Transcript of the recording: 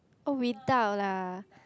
oh without lah